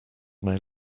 may